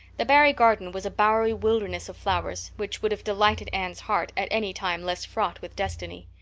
the barry garden was a bowery wilderness of flowers which would have delighted anne's heart at any time less fraught with destiny.